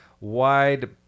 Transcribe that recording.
wide